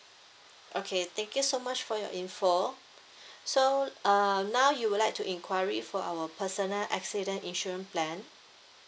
okay thank you so much for your info so um now you would like to inquiry for our personal accident insurance plan